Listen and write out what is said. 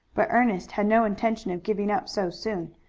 but ernest had no intention of giving up so soon.